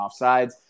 offsides